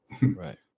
Right